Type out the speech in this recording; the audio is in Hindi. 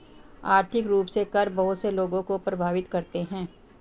आर्थिक रूप से कर बहुत से लोगों को प्राभावित करते हैं